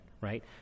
Right